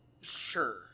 Sure